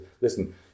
Listen